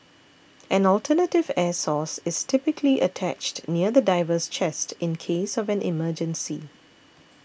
an alternative air source is typically attached near the diver's chest in case of an emergency